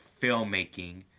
filmmaking